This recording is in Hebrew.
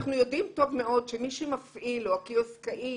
אנחנו יודעים טוב מאוד שמי שמפעיל או הקיוסקאי